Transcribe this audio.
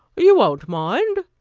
you won't mind?